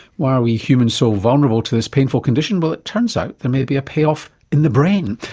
why are we humans so vulnerable to this painful condition? well, it turns out there may be a payoff in the brain.